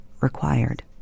required